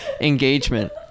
Engagement